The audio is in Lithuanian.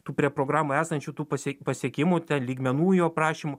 tų prie programų esančių tu pasie pasiekimų lygmenų jo aprašymų